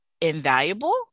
invaluable